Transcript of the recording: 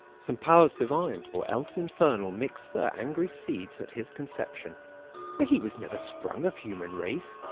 some powers divine, or else infernal, mix'd their angry seeds at his conception for he was never sprung of human race,